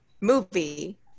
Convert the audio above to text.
Movie